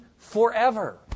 Forever